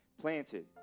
planted